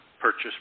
purchase